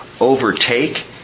overtake